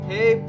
Hey